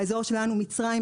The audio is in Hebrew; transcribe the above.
ובאזור שלנו מצרים,